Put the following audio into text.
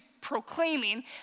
proclaiming